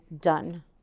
done